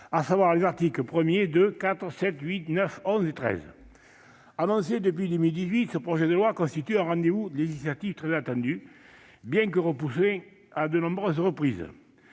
à savoir les articles 1, 2, 4, 7, 8, 9, 11 et 13. Annoncé depuis 2018, ce projet de loi constitue un rendez-vous législatif très attendu, bien que repoussé à de nombreuses reprises.